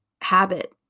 habit